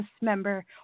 member